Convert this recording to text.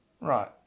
Right